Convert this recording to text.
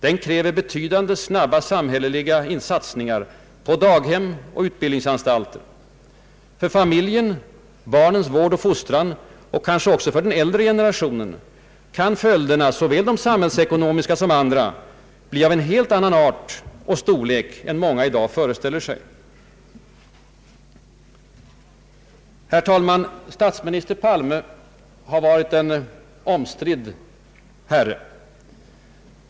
Den kräver betydande och snabba samhälleliga satsningar på daghem och utbildningsanstalter. För familjen, för barnens vård och fostran och kanske också för den äldre generationen kan följderna — så väl de samhällsekonomiska som andra — bli av en helt annan art och storlek än många i dag föreställer sig. Herr talman! Statsminister Palme har varit en omstridd herre.